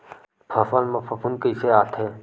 फसल मा फफूंद कइसे आथे?